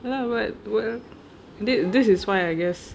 ya but but thi~ this is why I guess